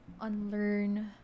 Unlearn